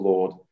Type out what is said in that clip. Lord